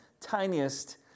tiniest